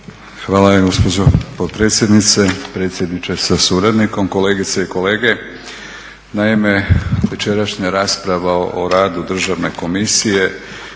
Hvala gospođo potpredsjednice. Predsjedniče sa suradnikom, kolegice i kolege. Naime, večerašnja rasprava o radu Državne komisije